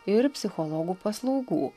ir psichologų paslaugų